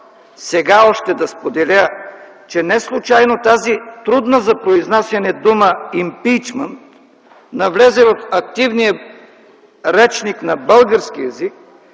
сега да споделя, че неслучайно тази трудна за произнасяне дума „импийчмънт” навлезе в активния речник на българския език